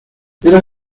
era